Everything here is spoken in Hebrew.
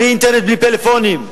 בלי אינטרנט בלי פלאפונים,